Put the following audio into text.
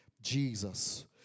Jesus